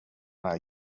där